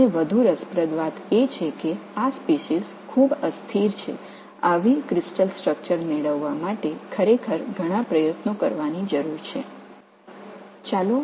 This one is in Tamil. மேலும் சுவாரஸ்யமாக இந்த இனங்கள் மிகவும் நிலையற்றவை அத்தகைய படிக அமைப்பைப் பெறுவதற்கு ஒருவர் நிறைய முயற்சி செய்ய வேண்டும்